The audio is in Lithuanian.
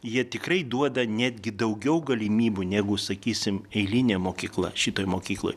jie tikrai duoda netgi daugiau galimybių negu sakysim eilinė mokykla šitoj mokykloj